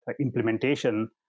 implementation